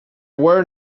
were